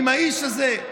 האיש הזה,